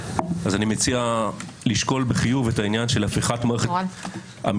אז אני מציע לשקול בחיוב את העניין של "הפיכת מערכת המשפט